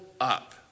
up